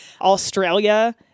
Australia